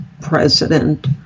president